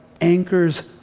anchors